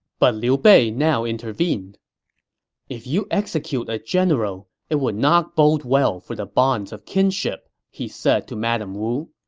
but liu bei now intervened if you execute a general, it would not bode well for the bonds of kinship, he said to madame wu.